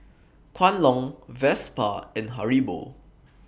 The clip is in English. Kwan Loong Vespa and Haribo